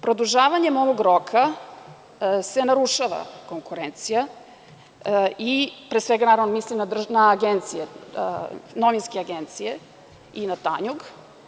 Produžavanjem ovog roka se narušava konkurencija, pre svega, mislim na novinske agencije i na „Tanjug“